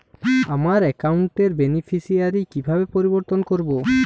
আমার অ্যাকাউন্ট র বেনিফিসিয়ারি কিভাবে পরিবর্তন করবো?